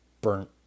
burnt